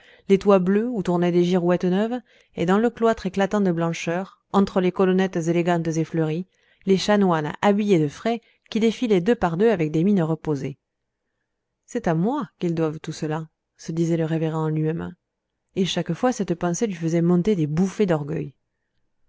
les toits bleus où tournaient des girouettes neuves et dans le cloître éclatant de blancheur entre les colonnettes élégantes et fleuries les chanoines habillés de frais qui défilaient deux par deux avec des mines reposées c'est à moi qu'ils doivent tout cela se disait le révérend en lui-même et chaque fois cette pensée lui faisait monter des bouffées d'orgueil